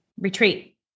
retreat